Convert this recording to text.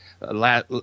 last